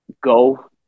go